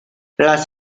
las